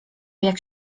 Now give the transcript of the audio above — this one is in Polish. jak